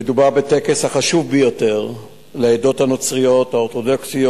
מדובר בטקס החשוב ביותר לעדות הנוצריות האורתודוקסיות,